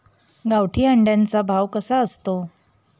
गावठी अंड्याचा भाव कसा असतो?